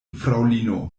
fraŭlino